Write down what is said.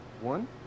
One